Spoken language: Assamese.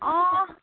অ